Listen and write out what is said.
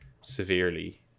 severely